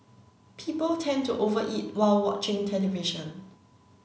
people tend to over eat while watching television